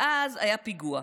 ואז היה פיגוע,